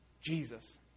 Jesus